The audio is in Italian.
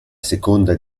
seconda